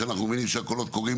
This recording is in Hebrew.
שאנחנו מבינים שהקולות קוראים,